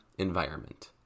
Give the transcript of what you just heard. environment